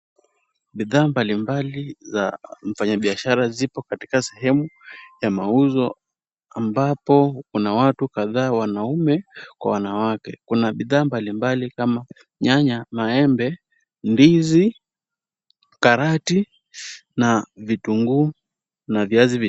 Bidhaa mbalimbali za mfanyabiashara ziko katika sehemu ya mauzo ambapo kuna watu kadhaa wanaume kwa wanawake . Kuna bidhaa mbalimbali kama nyanya, maembe, ndizi, karati na vitunguu na viazi vitamu.